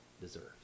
deserves